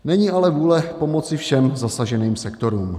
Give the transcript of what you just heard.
Není ale vůle pomoci všem zasaženým sektorům.